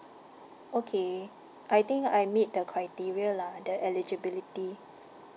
okay I think I meet the criteria lah the eligibility